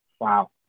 Wow